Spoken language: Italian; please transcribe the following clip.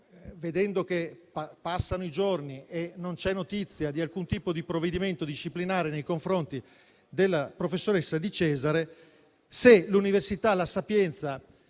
vedendo che passano i giorni e non c'è notizia di alcun tipo di provvedimento disciplinare nei confronti della professoressa Di Cesare, se l'università La Sapienza